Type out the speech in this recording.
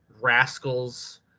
rascals